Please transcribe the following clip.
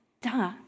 duh